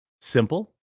simple